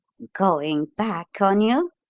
going back on you?